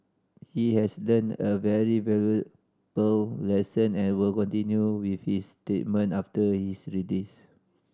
he has learnt a very valuable lesson and will continue with his treatment after his release